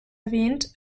erwähnt